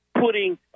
putting